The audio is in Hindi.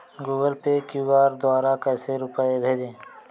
गूगल पे क्यू.आर द्वारा कैसे रूपए भेजें?